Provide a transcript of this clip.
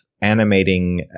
animating